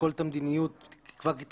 שתשקול את המדיניות ותקבע קריטריונים